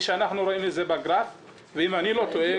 אם איני טועה,